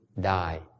die